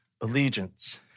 allegiance